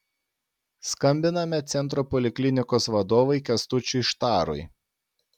skambiname centro poliklinikos vadovui kęstučiui štarui